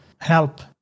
help